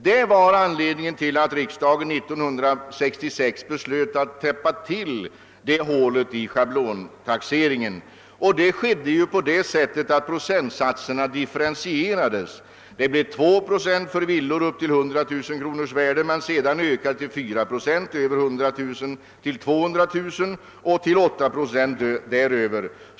Det var anledningen till att riksdagen år 1966 beslöt att täppa till detta hål i schablontaxeringen. Detta skedde genom att procentsatserna differentierades. Det blev fortfarande 2 procent för villor upp till 100 000 kronors värde, men sedan ökade det till 4 procent för belopp mellan 100 000 och 200 000 kronor och till 8 procent för belopp däröver.